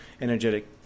Energetic